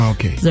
Okay